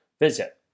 visit